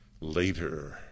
later